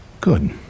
Good